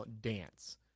dance